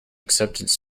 acceptance